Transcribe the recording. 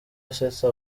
asetsa